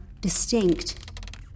distinct